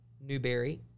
Newberry